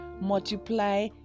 multiply